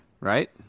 right